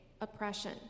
oppression